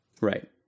right